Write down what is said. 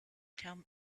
tell